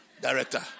Director